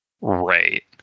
Right